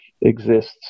exists